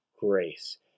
grace